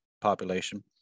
population